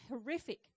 horrific